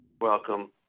welcome